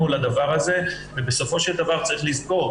לדבר הזה ובסופו של דבר צריך לזכור,